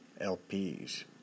LPs